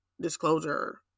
disclosure